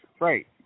right